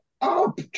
up